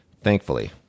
Thankfully